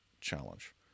challenge